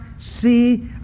see